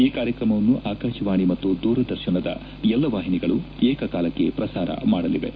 ಈ ಕಾರ್ಯಕ್ರಮನ್ನು ಆಕಾಶವಾಣಿ ಮತ್ತು ದೂರದರ್ಶನದ ಎಲ್ಲ ವಾಹಿನಿಗಳು ಏಕಕಾಲಕ್ಕೆ ಪ್ರಸಾರ ಮಾಡಲಿವೆ